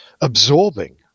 absorbing